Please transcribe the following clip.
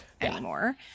anymore